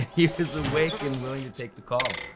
he was awake and willing to take the call!